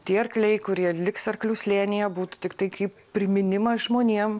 tie arkliai kurie liks arklių slėnyje būtų tiktai kaip priminimas žmonėm